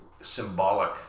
symbolic